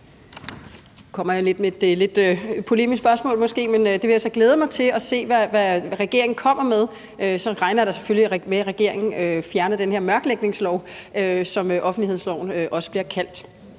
Nu kommer jeg med et måske lidt polemisk spørgsmål. Jeg vil glæde mig til at se, hvad regeringen kommer med, og så regner jeg da selvfølgelig med, at regeringen fjerner den her mørklægningslov, som offentlighedsloven også bliver kaldt.